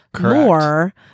more